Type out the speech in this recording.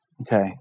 Okay